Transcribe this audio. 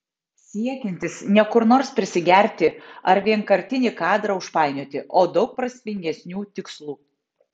siekiantis ne kur nors prisigerti ar vienkartinį kadrą užpainioti o daug prasmingesnių tikslų